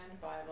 Bible